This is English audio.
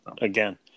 again